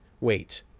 Wait